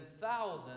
thousands